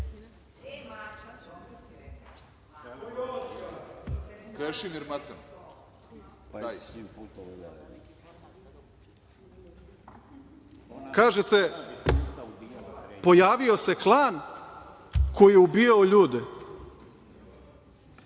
to? Kažete – pojavio se klan koji je ubijao ljude.